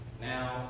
Now